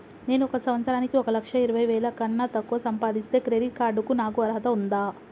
నేను సంవత్సరానికి ఒక లక్ష ఇరవై వేల కన్నా తక్కువ సంపాదిస్తే క్రెడిట్ కార్డ్ కు నాకు అర్హత ఉందా?